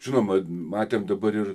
žinoma matėm dabar ir